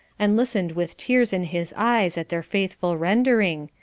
and listened with tears in his eyes at their faithful rendering,